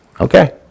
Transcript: Okay